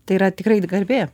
tai yra tikrai garbė